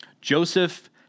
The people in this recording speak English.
Joseph